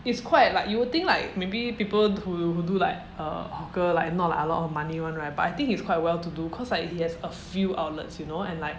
it's quite like you would think like maybe people who do like err hawker like not like a lot of money [one] right but I think he's quite well to do cause like he has a few outlets you know and like